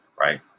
right